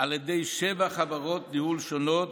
על ידי שבע חברות ניהול שונות,